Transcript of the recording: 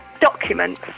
documents